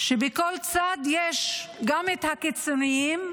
שבכל צד יש גם הקיצוניים,